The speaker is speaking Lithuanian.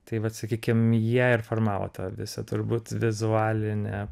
tai vat sakykim jie ir formavo tą visą turbūt vizualinę